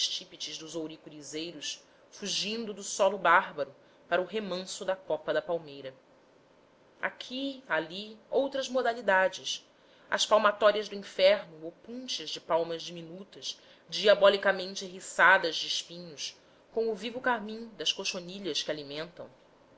estípites dos ouricurizeiros fugindo do solo bárbaro para o remanso da copa da palmeira aqui ali outras modalidades as palmatórias do inferno opúntias de palmas diminutas diabolicamente eriçadas de espinhos com o vivo carmim das cochonilhas que alimentam